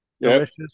delicious